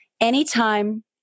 anytime